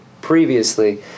previously